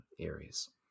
areas